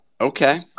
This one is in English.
Okay